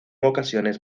ocasiones